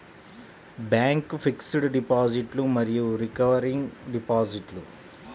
bank fixed డిపాజిట్లు మరియు recurring డిపాజిట్లు